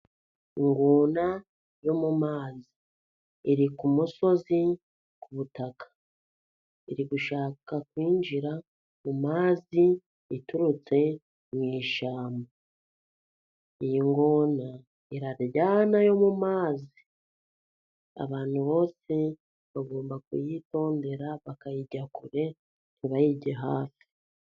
Ingona yo mu mazi iri ku musozi ku butaka, iri gushaka kwinjira mu mazi iturutse mu ishyamba, iyi ngona iraryana yo mu mazi abantu bose bagomba kuyitondera bakayijya kure ntibayijye hafi.